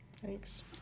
Thanks